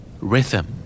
Rhythm